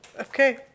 Okay